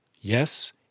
yes